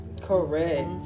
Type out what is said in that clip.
Correct